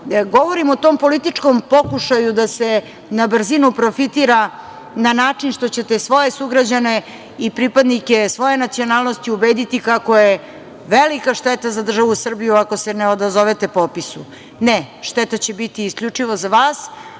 govorim o tom političkom pokušaju da se na brzinu profitira na način što ćete svoje sugrađane i pripadnike svoje nacionalnosti ubediti kako je velika šteta za državu Srbiju ako se ne odazovete popisu. Ne. šteta će biti isključivo za vas,